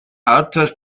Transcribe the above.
autors